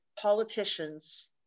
politicians